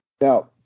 now